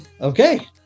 Okay